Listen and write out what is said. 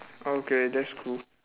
okay that's cool